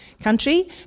country